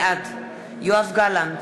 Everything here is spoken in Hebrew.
בעד יואב גלנט,